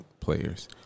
players